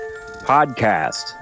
Podcast